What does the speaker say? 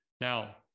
Now